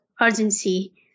urgency